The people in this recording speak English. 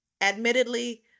Admittedly